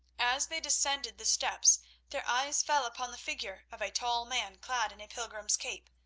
as they descended the steps their eyes fell upon the figure of a tall man clad in a pilgrim's cape,